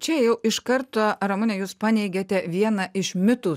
čia jau iš karto ramune jūs paneigėte vieną iš mitų